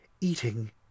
eating